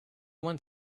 one